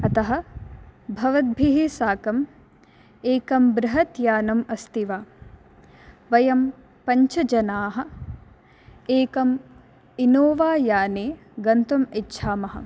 अतः भवद्भिः साकं एकं बृहत् यानम् अस्ति वा वयं पञ्चजनाः एकं इनोवा याने गन्तुम् इच्छामः